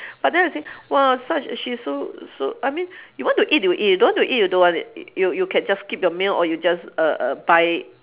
but then I say !wah! such a she's so so I mean you want to eat you eat you don't want to eat you don't want to ea~ you you can just skip the meal or you just err err buy